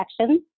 sections